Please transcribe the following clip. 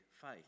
faith